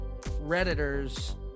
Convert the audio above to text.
Redditors